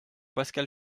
pascal